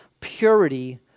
purity